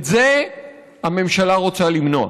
את זה הממשלה רוצה למנוע,